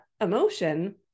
emotion